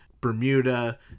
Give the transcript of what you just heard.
Bermuda